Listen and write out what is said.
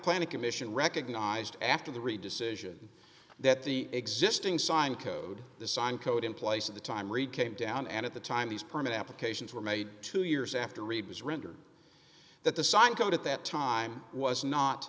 planning commission recognized after the re decision that the existing signed code the sign code in place at the time read came down and at the time these permit applications were made two years after reba's rendered that the sign code at that time was not